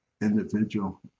individual